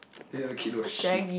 and the kid will shit